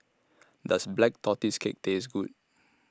Does Black Tortoise Cake Taste Good